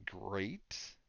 great